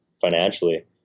financially